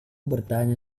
bertanya